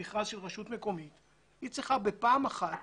במכרז של רשות מקומית היא צריכה בפעם אחת